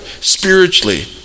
spiritually